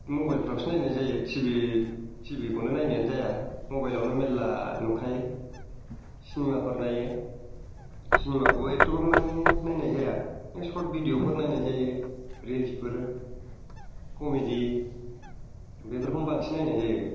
मबाइलफ्रावसो नायनाय जायो T V T V खौनो नायनायानो जाया मबाइलावनो मेल्ला नुखायो सिनिमाफोर नायो सिनिमाखौबो एदथ'बांमानि नायनाय जाया ए सर्ट भिडिअ'फोर नायनाय जायो रिल्सफोर क'मेडि बेफोरखौनो बांसिन नायनाय जायो